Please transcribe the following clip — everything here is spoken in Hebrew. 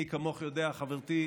מי כמוך יודע, חברתי,